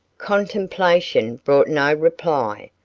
contemplation brought no reply,